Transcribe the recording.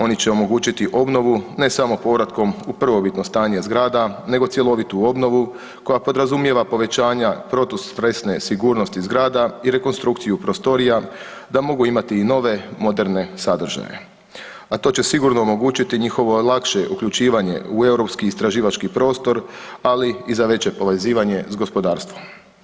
Oni će omogućiti obnovu ne samo povratkom u prvobitno stanje zgrada nego cjelovitu obnovu koja podrazumijeva povećanja protustresne sigurnosti zgrada i rekonstrukciju prostorija da mogu imati i nove moderne sadržaje, a to će sigurno omogućiti njihovo lakše uključivanje u europski istraživački prostor, ali i za veće povezivanje s gospodarstvom.